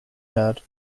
heard